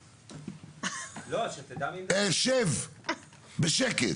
לא שתדע מי -- שב בשקט